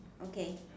okay